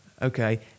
Okay